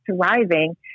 thriving